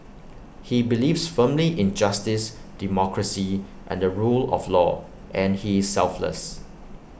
he believes firmly in justice democracy and the rule of law and he is selfless